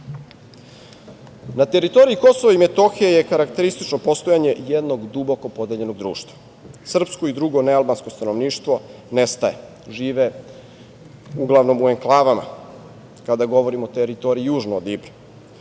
teritoriji Kosova i Metohije je karakteristično postojanje jednog duboko podeljenog društva. Srpsko i drugo nealbansko stanovništvo nestaje, žive uglavnom u enklavama kada govorim o teritoriji južno od Ibra.